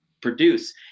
produce